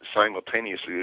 simultaneously